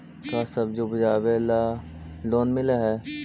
का सब्जी उपजाबेला लोन मिलै हई?